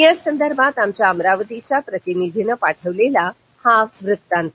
या संदर्भात आमच्या अमरावतीच्या प्रतिनिधीनं पाठवलेला हा वृत्तांत